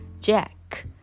Jack